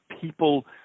people